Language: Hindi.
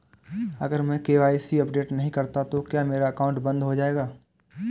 अगर मैं के.वाई.सी अपडेट नहीं करता तो क्या मेरा अकाउंट बंद हो जाएगा?